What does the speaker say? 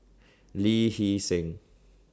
Lee Hee Seng